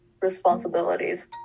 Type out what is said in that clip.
responsibilities